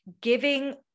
giving